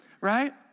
Right